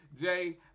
Jay